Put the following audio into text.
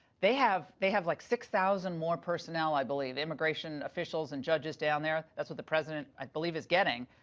they have they have like six thousand more personnel i believe, immigration officials and judges down there, that's what the president i believe is getting.